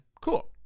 cool